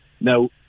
Now